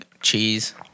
cheese